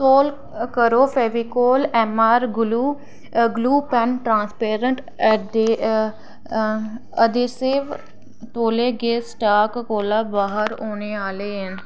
तौल करो Fevicol MR glue glue pen transparent adhesive तौले गै स्टाक कोला बाह्र होने आह्ले हैन